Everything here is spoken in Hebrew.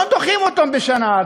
לא דוחים אותו בשנה,